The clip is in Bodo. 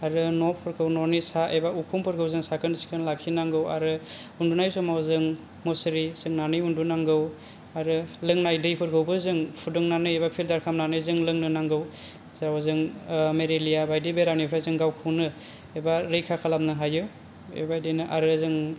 आरो न'फोरखौ न'नि सा एबा उखुमफोरखौ जों साखोन सिखोन लाखिनांगौ आरो उन्दुनाय समाव जों मुसारि सोंनानै उन्दुनांगौ आरो लोंनाय दैफोरखौबो जों फुदुंनानै एबा फिलटार खालामनानै जों लोंनो नांगौ स' जों मेरेलिया बायदि बेराम निफ्राय जों गावखौनो एबा रैखा खालामनो हायो बेबायदिनो आरो जों